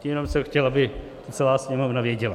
Jenom jsem chtěl, aby to celá sněmovna věděla.